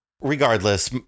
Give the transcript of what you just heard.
Regardless